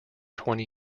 twenty